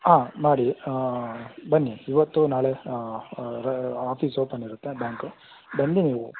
ಹಾಂ ಮಾಡಿ ಬನ್ನಿ ಇವತ್ತು ನಾಳೆ ರ ಆಫೀಸ್ ಓಪನ್ ಇರುತ್ತೆ ಬ್ಯಾಂಕು ಬಂದು